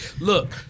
look